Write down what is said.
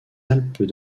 alpes